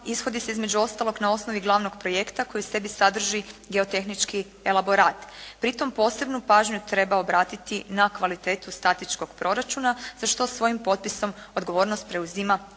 ishodi se između ostalog na osnovi glavnog projekta koji u sebi sadrži geotehnički elaborat. Pri tome posebnu pažnju treba obratiti na kvalitetu statičkog proračuna za što svojim potpisom odgovornost preuzima